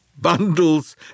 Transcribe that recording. bundles